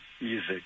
music